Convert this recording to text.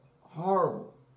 horrible